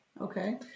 Okay